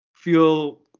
feel